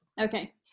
okay